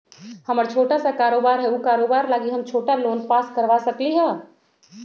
हमर छोटा सा कारोबार है उ कारोबार लागी हम छोटा लोन पास करवा सकली ह?